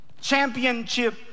championship